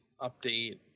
update